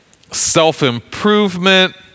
self-improvement